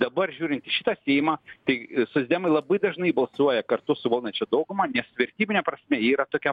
dabar žiūrint į šitą seimą tai socdemai labai dažnai balsuoja kartu su valdančia dauguma nes vertybine prasme jie yra tokia